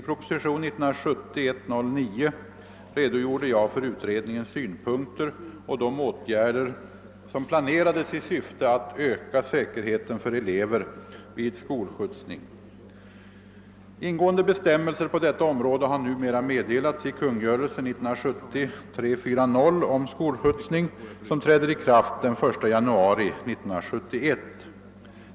[ propositionen 109 år 1970 redogjorde jag för utredningens synpunkter och de åtgärder som planerades i syfte att öka säkerheten för elever vid skolskjutsning. Ingående bestämmelser på detta område har numera meddelats i kungörelsen om skolskjutsning, som träder i kraft den 1 januari 1971.